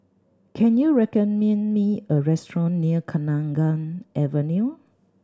can you recommend me a restaurant near Kenanga Avenue